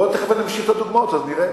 בוא ונמשיך עם הדוגמאות, ואז נראה.